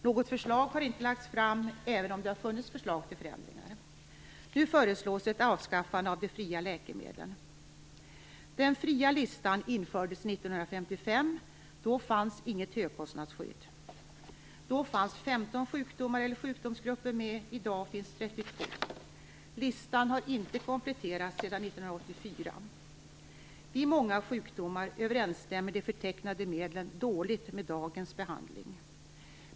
Något förslag har inte lagts fram, även om det har funnits förslag till förändringar. Den fria listan infördes 1955. Då fanns inget högkostnadsskydd. Då fanns 15 sjukdomar eller sjukdomsgrupper med på listan. I dag upptar listan 32 sjukdomar. Listan har inte kompletterats sedan 1984. Vid många sjukdomar överensstämmer de förtecknade medlen dåligt med dagens behandling.